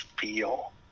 feel